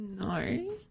No